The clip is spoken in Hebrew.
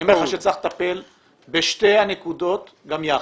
צריך לטפל בשתי הנקודות גם יחד.